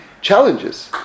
challenges